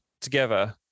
together